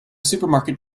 supermarket